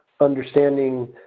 understanding